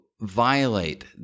violate